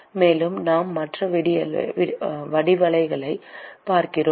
மேலும் நாம் மற்ற வடிவவியலைப் பார்க்கிறோம்